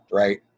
right